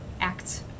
act